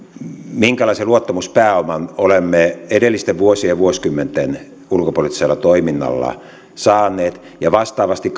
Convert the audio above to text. minkälaisen luottamuspääoman olemme edellisten vuosien ja vuosikymmenten ulkopoliittisella toiminnalla saaneet ja vastaavasti